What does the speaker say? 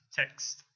text